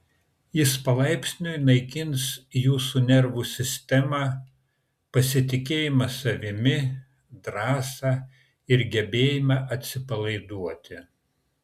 jis palaipsniui naikins jūsų nervų sistemą pasitikėjimą savimi drąsą ir gebėjimą atsipalaiduoti